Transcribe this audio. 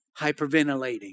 hyperventilating